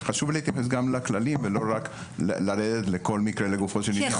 אז חשוב להתייחס גם לכללים ולא רק לרדת לכל מקרה לגופו של עניין.